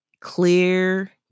clear